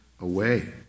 away